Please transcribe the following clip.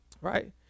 right